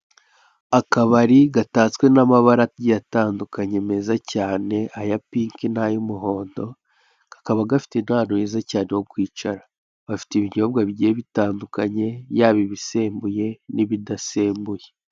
Akabari gatatswe n'amabara agiye atandukanye, meza cyane, aya pinki n'ay'umuhondo, kakaba gafite n'ahantu heza cyane ho kwicara. Bafite ibinyobwa bigiye bitandukanye, yaba ibisembuye n'ibidasembuye.